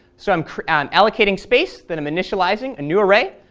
so i'm and allocating space then i'm initializing a new array.